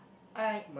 all right